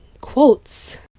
quotes